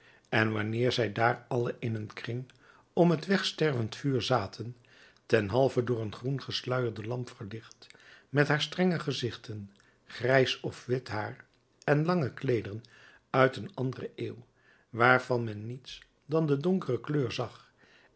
en wanneer zij daar alle in een kring om het wegstervend vuur zaten ten halve door een groen gesluierde lamp verlicht met haar strenge gezichten grijs of wit haar en lange kleederen uit een andere eeuw waarvan men niets dan de donkere kleur zag